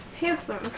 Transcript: Handsome